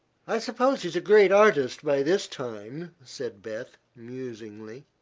i suppose he is a great artist, by this time, said beth, musingly.